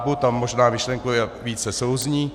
Tam možná myšlenkově více souzní.